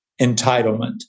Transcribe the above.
entitlement